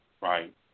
right